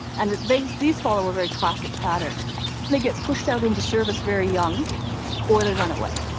and these these follow a very classic pattern. and they get pushed out into service very young or they run away.